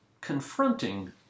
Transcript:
Confronting